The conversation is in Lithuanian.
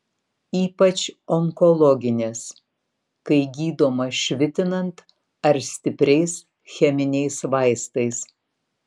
ypač onkologinės kai gydoma švitinant ar stipriais cheminiais vaistais